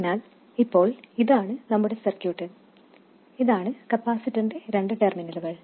അതിനാൽ ഇപ്പോൾ ഇതാണ് നമ്മുടെ സർക്യൂട്ട് ഇതാണ് കപ്പാസിറ്ററിന്റെ രണ്ട് ടെർമിനലുകൾ